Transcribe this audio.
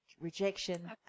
rejection